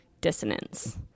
dissonance